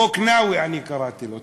חוק נאוי, אני קראתי לו.